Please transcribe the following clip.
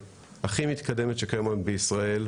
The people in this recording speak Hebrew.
דיבר פרופ' אורביטו על אמבריולוגיות שצריכות דיוק,